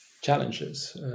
challenges